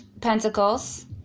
Pentacles